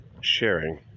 sharing